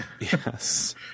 Yes